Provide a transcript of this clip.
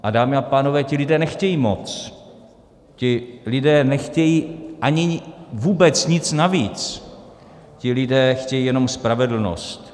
A dámy a pánové, ti lidé nechtějí moc, ti lidé nechtějí ani vůbec nic navíc, ti lidé chtějí jenom spravedlnost.